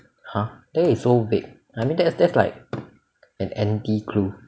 !huh! that is so vague I mean that's that's like an empty clue